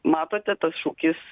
matote tas šūkis